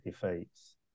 defeats